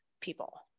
people